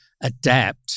adapt